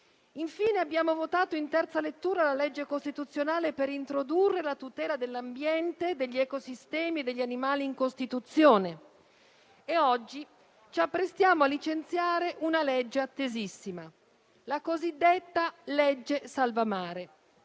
infine, abbiamo votato in terza lettura la legge costituzionale in Costituzione per introdurre la tutela dell'ambiente, degli ecosistemi e degli animali. Oggi ci apprestiamo a licenziare una legge attesissima, la cosiddetta legge salva mare,